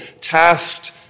tasked